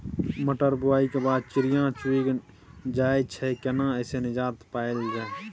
मटर बुआई के बाद चिड़िया चुइग जाय छियै केना ऐसे निजात पायल जाय?